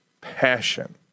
passion